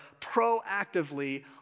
proactively